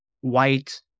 white